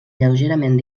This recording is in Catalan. lleugerament